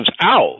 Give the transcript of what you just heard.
out